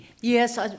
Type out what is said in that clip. Yes